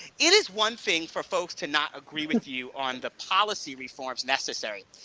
it is one thing for folks to not agree with you on the policy reforms necessary.